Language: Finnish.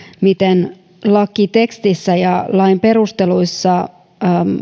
miten lakitekstissä ja lain perusteluissa